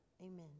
Amen